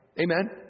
Amen